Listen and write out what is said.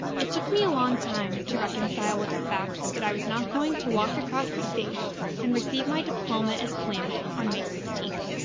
it took me a long time to reconcile with the fact that i was not going to walk across the stage and receive my diploma as planned on may sixteen.